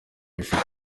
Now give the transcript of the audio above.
bifite